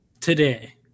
today